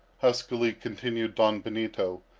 huskily continued don benito,